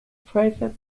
private